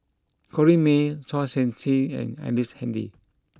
Corrinne May Chua Sian Chin and Ellice Handy